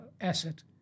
asset